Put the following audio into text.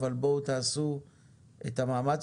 אבל בואו תעשו את המאמץ.